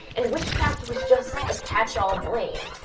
and witchcraft was just a catchall blame.